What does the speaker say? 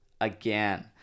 Again